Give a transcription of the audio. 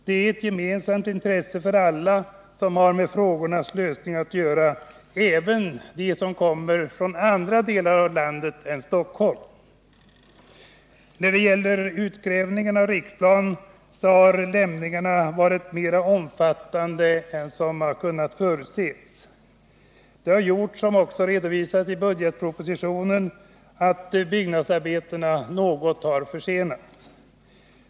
Detta är ett gemensamt intresse för alla som har med frågans lösning att göra, även för dem som kommer från andra delar av landet än Stockholm. Vid utgrävningen av Riksplan har det visat sig att lämningarna har varit mer omfattande än som kunde förutses. Detta har, som redovisas i budgetpropositionen, något försenat byggnadsarbetena.